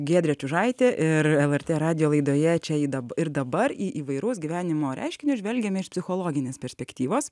giedrė čiužaitė ir lrt radijo laidoje čia i dab ir dabar į įvairaus gyvenimo reiškinius žvelgiame iš psichologinės perspektyvos